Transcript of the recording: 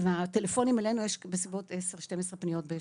טלפונים אלינו יש בסביבות 12-10 פניות בשבוע.